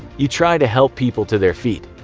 you try to help people to their feet.